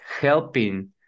helping